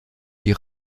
die